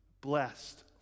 blessed